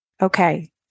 Okay